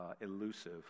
elusive